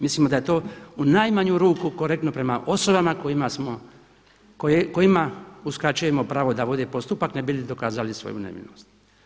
Mislimo da je to u najmanju ruku korektno prema osobama kojima uskraćujemo pravo da vode postupak ne bi li dokazali svoju nevinost.